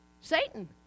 Satan